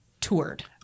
toured